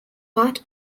part